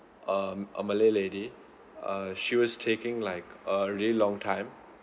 um a malay lady uh she was taking like a really long time